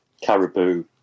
Caribou